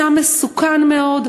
זה סם מסוכן מאוד,